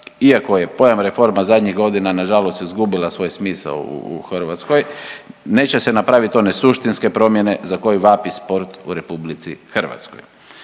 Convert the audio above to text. iako je pojam reforma zadnjih godina nažalost izgubila svoj smisao u Hrvatskoj, neće se napravit one suštinske promjene za koje vapi sport u RH iako